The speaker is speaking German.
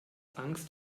angst